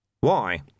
Why